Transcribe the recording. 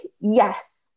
yes